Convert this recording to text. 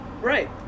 Right